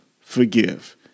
forgive